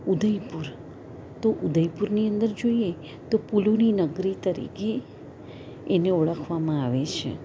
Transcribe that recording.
ઉદયપુર તો ઉદયપુરની અંદર જોઇએ તો પુલોની નગરી તરીકે એને ઓળખવામાં આવે છે